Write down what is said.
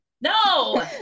no